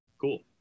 cool